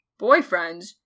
Boyfriends